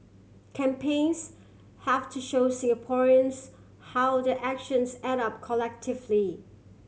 campaigns have to show Singaporeans how their actions add up collectively